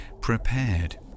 prepared